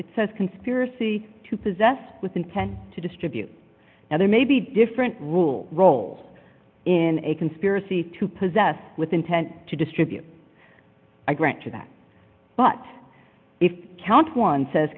it says conspiracy to possess with intent to distribute now there may be different rule role in a conspiracy to possess with intent to distribute i grant you that but if you count one says